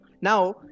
Now